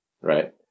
right